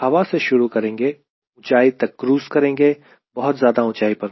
हवा से शुरू करेंगे ऊंचाई तक क्रूज़ करेंगे बहुत ज्यादा ऊंचाई पर नहीं